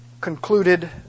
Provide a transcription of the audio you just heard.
concluded